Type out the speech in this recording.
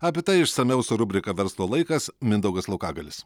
apie tai išsamiau su rubrika verslo laikas mindaugas laukagalis